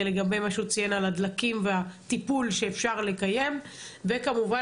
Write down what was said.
לגבי מה שהוא ציין על הדלקים והטיפול שאפשר לקיים וכמובן